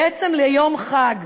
בעצם ליום חג,